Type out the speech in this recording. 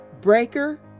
Breaker